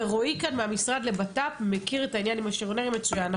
ורועי כאן מהמשרד לבט"פ מכיר את העניין עם השריונרים מצוין,